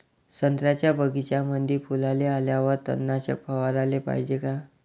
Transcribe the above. संत्र्याच्या बगीच्यामंदी फुलाले आल्यावर तननाशक फवाराले पायजे का?